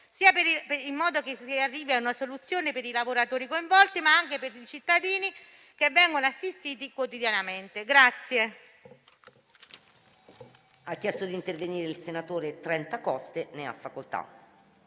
in modo che si arrivi a una soluzione per i lavoratori coinvolti, ma anche per i cittadini che vengono assistiti quotidianamente.